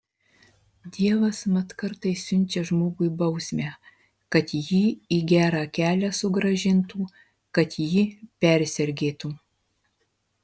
dievas mat kartais siunčia žmogui bausmę kad jį į gerą kelią sugrąžintų kad jį persergėtų